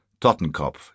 Tottenkopf